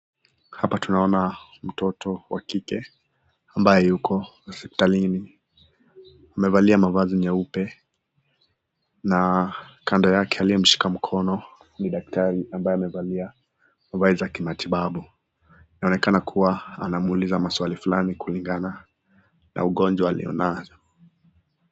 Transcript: Hapa tunaona mtoto wa kike ambaye yuko hospitalini. Amevalia mavazi nyeupe na kando yake aliyemshika mkono ni daktari ambaye amevalia mavazi za kimatibabu, inaonekana kuwa anamuuliza maswali fulani kulingana na ugonjwa aliyo nayo.